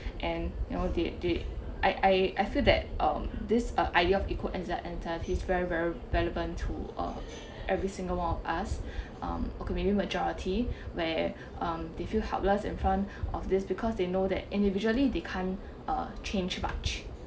and you know they they I I I feel that um this uh idea of he's very very relevant to uh every single one of us um okay maybe majority where um they feel helpless in front of this because they know that individually they can't uh change much